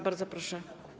Bardzo proszę.